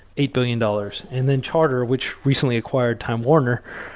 eight billion dollars. and then, charter, which recently acquired time warner,